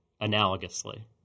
analogously